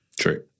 True